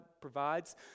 provides